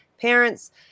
parents